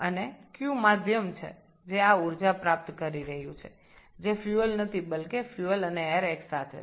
এবং এই মাধ্যমটি এই শক্তিটি গ্রহণ করছে যা জ্বালানী নয় বরং এটি জ্বালানীর ও বায়ু একসাথে